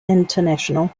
international